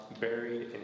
buried